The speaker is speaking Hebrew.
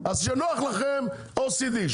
אז כשנוח לכם OECD,